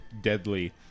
deadly